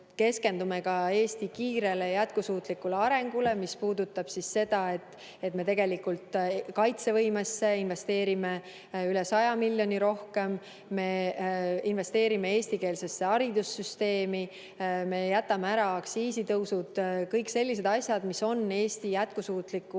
keskendume ka Eesti kiirele ja jätkusuutlikule arengule, mis puudutab seda, et me kaitsevõimesse investeerime üle 100 miljoni rohkem. Me investeerime eestikeelsesse haridussüsteemi. Me jätame ära aktsiisitõusud. Kõik sellised asjad, mis on Eesti jätkusuutliku